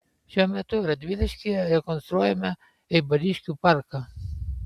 šiuo metu radviliškyje rekonstruojame eibariškių parką